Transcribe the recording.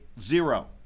zero